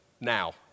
now